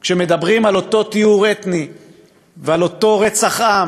כשמדברים על אותו טיהור אתני ועל אותו רצח עם